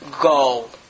go